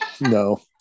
No